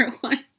one